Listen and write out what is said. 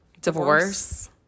Divorce